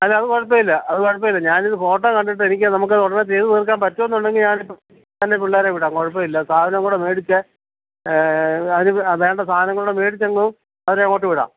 അത് അത് കുഴപ്പമില്ല അത് കുഴപ്പമില്ല ഞാനിത് ഫോട്ടോ കണ്ടിട്ട് എനിക്ക് നമുക്ക് ഉടനെയങ്ങ് ചെയ്തുതീര്ക്കാൻ പറ്റുമെന്നുണ്ടെങ്കില് ഞാനിപ്പോള് തന്നെ പിള്ളേരെ വിടാം കുഴപ്പമില്ല സാധനവും കൂടെ മേടിച്ച് അതിന് വേണ്ട സാധനങ്ങളും കൂടെ മേടിച്ചങ്ങ് അവരെ അങ്ങോട്ട് വിടാം